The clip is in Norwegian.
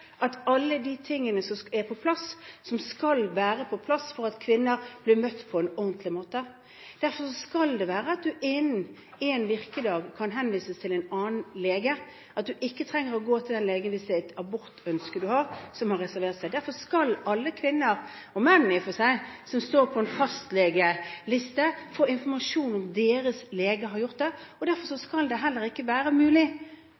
at alle de tingene er på plass som skal være på plass, for at kvinner skal bli møtt på en ordentlig måte. Derfor skal det være slik at man innen én virkedag kan henvises til en annen lege, at man ikke trenger å gå til den legen som har reservert seg, hvis det er et abortønske man har. Derfor skal alle kvinner – og menn i og for seg – som står på en fastlegeliste, få informasjon om deres lege har reservert seg. Derfor skal det heller ikke være mulig